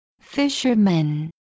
Fisherman